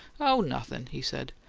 oh, nothing, he said.